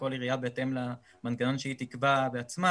כל עירייה בהתאם למנגנון שהיא תקבע בעצמה,